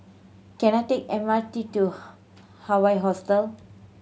can I take M R T to Hawaii Hostel